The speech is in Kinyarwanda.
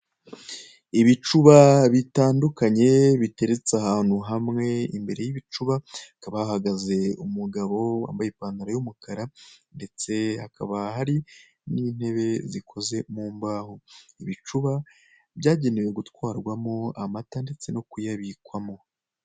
Ibicuba bitandukanye biteretse ahantu hamwe, imbere y'ibicuba hakaba hahagaze umugabo wambaye ipantaro y'umukara, ndetse hakaba hari n'intebe zikoze mu mbaho. Ibicuba byagenewe gutwarwamo amata ndetse no kuyabikamo.